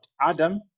Adam